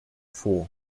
vor